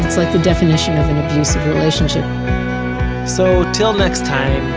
like the definition of an abusive relationship so till next time,